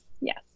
yes